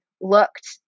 looked